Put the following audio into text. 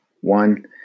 One